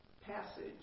Passage